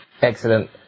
Excellent